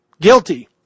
guilty